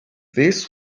this